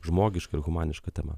žmogiška ir humaniška tema